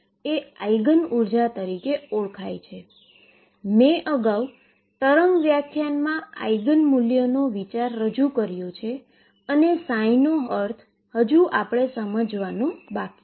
તેથી આ ક્વોન્ટમ મિકેનિક્સનું મૂળભૂત સમીકરણ છે